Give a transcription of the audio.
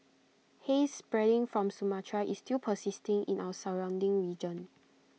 haze spreading from Sumatra is still persisting in our surrounding region